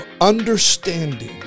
understanding